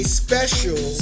special